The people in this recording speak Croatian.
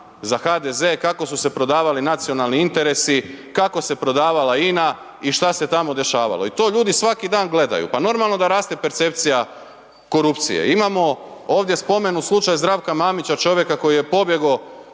za HDZ, kako su se prodavali nacionalni interesi, kako se prodavala INA i šta se tamo dešavalo. I to ljudi svaki dan gledaju. Pa normalno da raste percepcija korupcije. Imamo, ovdje spomen u slučaju Zdravka Mamića, čovjeka koji je pobjegao